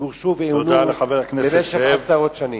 שגורשו ועונו במשך עשרות שנים.